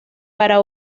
para